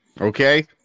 okay